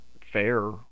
fair